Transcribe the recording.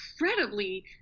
incredibly